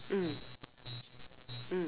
mm mm